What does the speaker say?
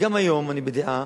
גם היום אני בדעה